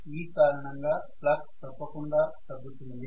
ఈ కారణంగా ఫ్లక్స్ తప్పకుండ తగ్గుతుంది